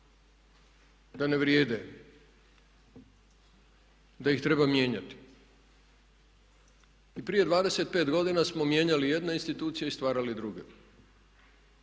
da ne vrijede, da ih treba mijenjati. I prije 25 godina smo mijenjali jedne institucije i stvarali druge